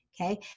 Okay